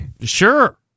Sure